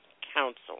Council